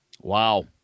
Wow